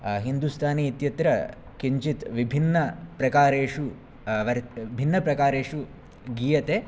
हिन्दुस्थानी इत्यत्र किञ्चित् विभिन्नप्रकारेषु वर् भिन्नप्रकारेषु गीयते